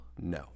No